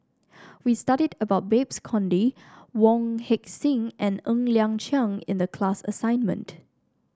we studied about Babes Conde Wong Heck Sing and Ng Liang Chiang in the class assignment